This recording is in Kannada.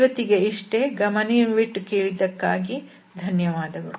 ಇವತ್ತಿಗೆ ಇಷ್ಟೇ ಗಮನವಿಟ್ಟು ಕೇಳಿದ್ದಕ್ಕಾಗಿ ಧನ್ಯವಾದಗಳು